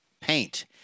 paint